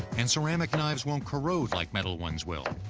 and ceramic knives won't corrode like metal ones will.